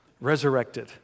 Resurrected